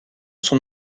son